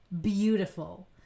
beautiful